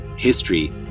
history